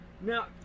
Now